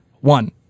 one